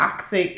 toxic